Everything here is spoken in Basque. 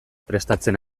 prestatzen